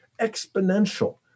exponential